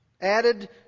Added